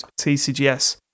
tcgs